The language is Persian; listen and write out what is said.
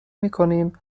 میکنیم